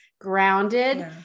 grounded